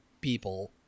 people